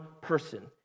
person